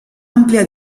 amplia